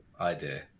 idea